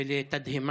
ולתדהמה.